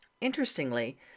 Interestingly